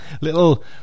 little